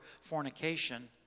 fornication